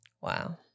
Wow